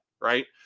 Right